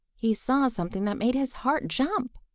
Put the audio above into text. he saw something that made his heart jump.